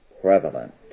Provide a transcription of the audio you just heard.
prevalent